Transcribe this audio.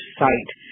site